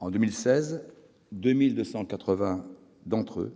En 2016, 2 280 d'entre eux